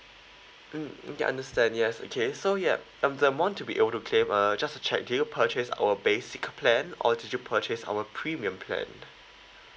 mm mm ya understand yes okay so yup um the amount you'll be able to claim uh just to check did you purchase our basic plan or did you purchase our premium plan